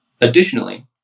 Additionally